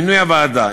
מינוי הוועדה,